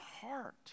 heart